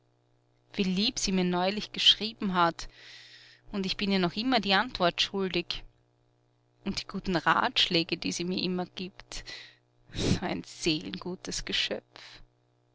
wie lieb sie mir neulich geschrieben hat und ich bin ihr noch immer die antwort schuldig und die guten ratschläge die sie mir immer gibt ein so seelengutes geschöpf